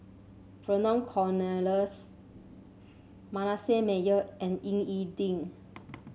Vernon Cornelius Manasseh Meyer and Ying E Ding